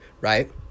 right